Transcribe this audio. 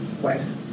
wife